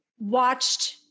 watched